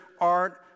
art